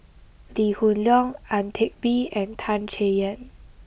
Lee Hoon Leong Ang Teck Bee and Tan Chay Yan